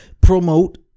promote